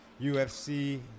UFC